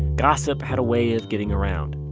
gossip had a way of getting around.